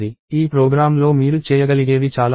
ఈ ప్రోగ్రామ్లో మీరు చేయగలిగేవి చాలా ఉన్నాయి